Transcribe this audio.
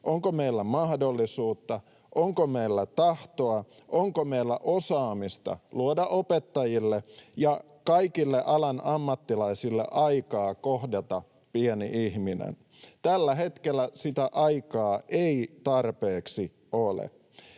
onko meillä mahdollisuutta, onko meillä tahtoa, onko meillä osaamista luoda opettajille ja kaikille alan ammattilaisille aikaa kohdata pieni ihminen. Tällä hetkellä sitä aikaa ei tarpeeksi ole.